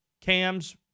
Cam's